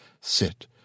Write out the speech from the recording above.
Sit